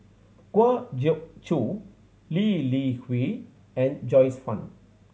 Kwa Geok Choo Lee Li Hui and Joyce Fan